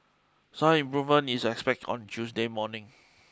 some improvement is expected on Tuesday morning